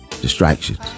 distractions